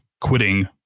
quitting